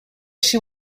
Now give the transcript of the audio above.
she